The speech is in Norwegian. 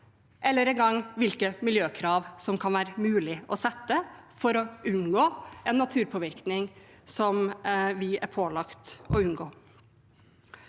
engang hvilke miljøkrav det kan være mulig å sette for å unngå en naturpåvirkning som vi er pålagt å unngå.